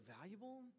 valuable